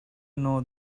know